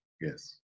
Yes